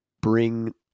bring